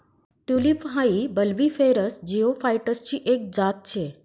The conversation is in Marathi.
टयूलिप हाई बल्बिफेरस जिओफाइटसची एक जात शे